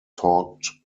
taught